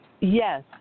Yes